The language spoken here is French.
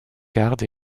garde